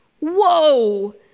whoa